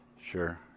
sure